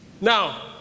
Now